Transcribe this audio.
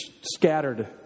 scattered